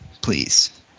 Please